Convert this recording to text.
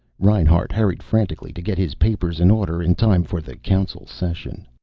reinhart hurried frantically to get his papers in order, in time for the council session.